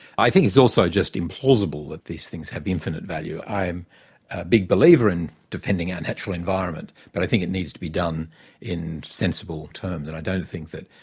i think it's also just implausible that these things have infinite value. i'm a big believer in defending our natural environment, but i think it needs to be done in sensible terms and i don't think that,